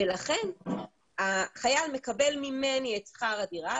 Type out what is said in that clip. ולכן החייל מקבל ממני את שכר הדירה,